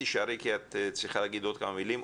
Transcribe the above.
תישארי כי את צריכה להגיד עוד כמה מילים.